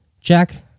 Jack